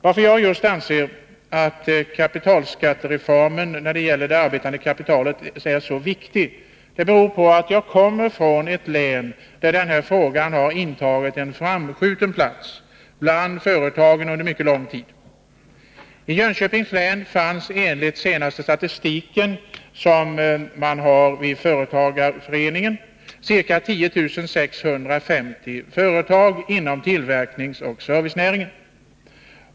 Att jag anser att just skattereformen när det gäller det arbetande kapitalet är så viktig, beror på att jag kommer från ett län där denna fråga har intagit en framskjuten plats bland företagen under mycket lång tid. I Jönköpings län fanns enligt Företagareföreningens senaste statistik ca 10 650 företag inom tillverkningsoch servicenäringarna.